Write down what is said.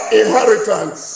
inheritance